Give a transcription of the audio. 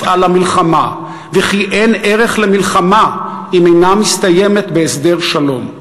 על המלחמה וכי אין ערך למלחמה אם אינה מסתיימת בהסדר שלום.